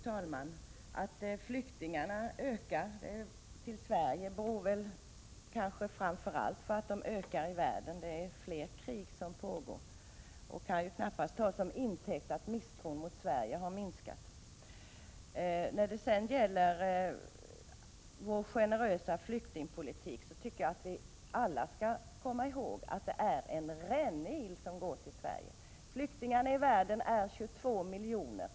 Fru talman! Att antalet flyktingar till Sverige ökar beror väl framför allt på att antalet flyktingar ökar i världen. Det är fler krig som pågår. Det kan knappast tas som intäkt för att misstron mot Sverige har minskat. När det sedan gäller vår generösa flyktingpolitik tycker jag att vi alla skall komma ihåg att det är en rännil som går till Sverige. Flyktingarna i världen är 22 miljoner.